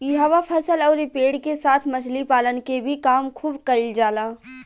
इहवा फसल अउरी पेड़ के साथ मछली पालन के भी काम खुब कईल जाला